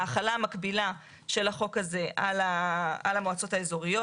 ההחלה המקבילה של החוק הזה על המועצות האזוריות,